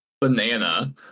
banana